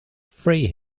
free